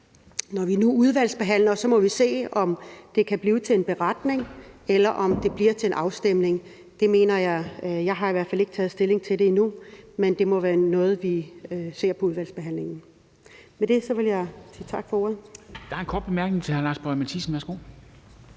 Når vi nu udvalgsbehandler, må vi se, om det kan blive til en beretning, eller om det bliver til en afstemning. Jeg har i hvert fald ikke taget stilling til det endnu, men det må være noget, vi ser på i udvalgsbehandlingen. Med det vil jeg sige tak for ordet. Kl. 11:30 Formanden (Henrik Dam Kristensen): Der